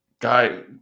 guy